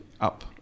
up